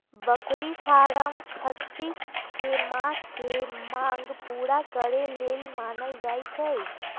बकरी फारम खस्सी कें मास के मांग पुरा करे लेल बनाएल जाय छै